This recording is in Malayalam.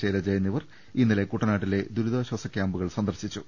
ശൈലജ എന്നിവർ ഇന്നലെ കുട്ടനാട്ടിലെ ദുരിതാശ്വാസ ക്യാമ്പുകൾ സന്ദർശിച്ചു